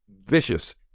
vicious